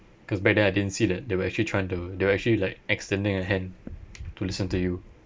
because back then I didn't see that they were actually trying to they were actually like extending a hand to listen to you